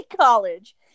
college